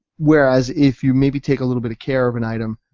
whereas if you maybe take a little bit of care of an item,